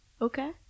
Okay